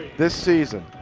this season.